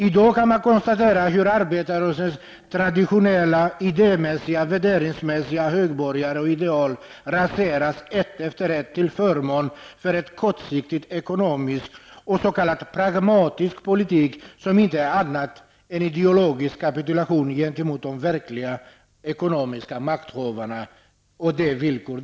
I dag kan man konstatera att arbetarrörelsens traditionella idémässiga och värderingsmässiga högborgar och ideal raseras till förmån för en kortsiktig ekonomi och s.k. pragmatisk politik, som inte är något annat än en ideologisk kapitulation för de verkliga ekonomiska makthavarna och deras villkor.